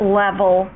level